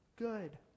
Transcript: good